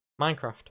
Minecraft